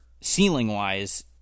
ceiling-wise